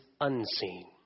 unseen